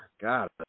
God